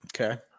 Okay